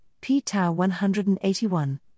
p-tau-181